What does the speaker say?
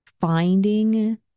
finding